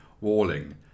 walling